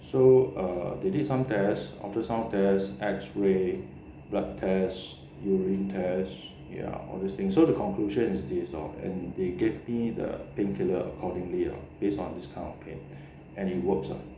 so err they did some tests ultrasound test X-ray blood test urine test ya all things so the conclusion is this lor and they gave me the painkiller accordingly lah based on this kind of pain and it works ah